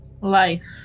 Life